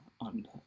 on